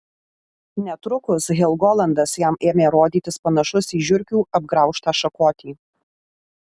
netrukus helgolandas jam ėmė rodytis panašus į žiurkių apgraužtą šakotį